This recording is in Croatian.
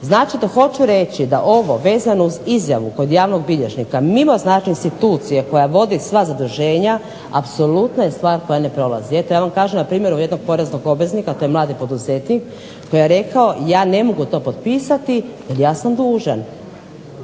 Znači hoću reći da ovo vezano uz izjavu kod javnog bilježnika mimo institucije koja vodi sva zaduženja apsolutna je stvar koja ne prolazi. Ja vam kažem na primjeru jednog poreznog obveznika, to je mladi poduzetnik koji je rekao ja ne mogu to potpisati ja sam dužan.